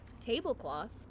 Tablecloth